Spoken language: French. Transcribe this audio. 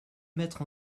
mettre